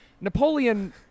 Napoleon